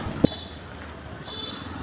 Pension ವಿಮಾ ಮಾಡ್ಸಿದ್ರ ತಿಂಗಳ ಎಷ್ಟು ಕಟ್ಬೇಕ್ರಿ?